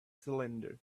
cylinder